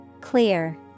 Clear